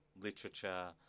literature